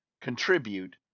contribute